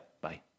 Bye